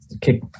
kick